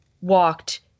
walked